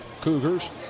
Cougars